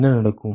என்ன நடக்கும்